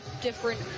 different